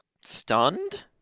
Stunned